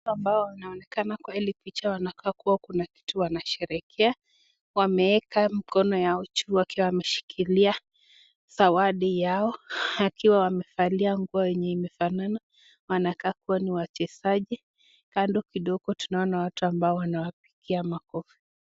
Wababa ambao wanaonekana kwa hili picha wanakaa kuwa kuna kitu wanasherehekea. Wameeka mikono yao juu wakiwa wameshikilia zawadi yao, wakiwa wamevalia nguo yenye imefanana. Wanakaa kuwa ni wachezaji, kando kidogo tunaona watu ambao wanawapigia makofi.